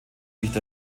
nicht